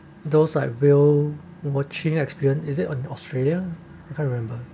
those are real watching experience is it on the australia I can't remember